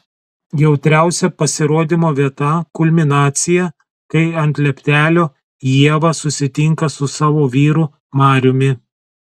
jautriausia pasirodymo vieta kulminacija kai ant lieptelio ieva susitinka su savo vyru mariumi